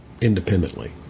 independently